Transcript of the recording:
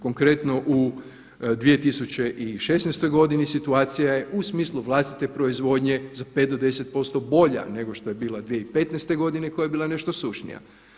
Konkretno u 2016. godini situacija je u smislu vlastite proizvodnje za 5 do 10% bolja nego što je bila 2015. godine koja je bila nešto sušnija.